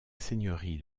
seigneurie